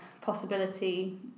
possibility